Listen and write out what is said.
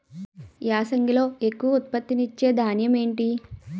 యాసంగిలో ఎక్కువ ఉత్పత్తిని ఇచే ధాన్యం ఏంటి?